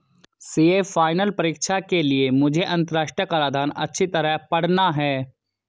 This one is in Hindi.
सीए फाइनल परीक्षा के लिए मुझे अंतरराष्ट्रीय कराधान अच्छी तरह पड़ना है